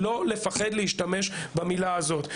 אסור לפחד להשתמש במילה הזאת.